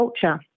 culture